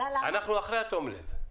אנחנו אחרי התום לב.